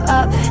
up